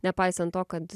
nepaisant to kad